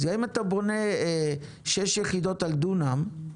זה אם אתה בונה שש יחידות על דונם,